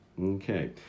Okay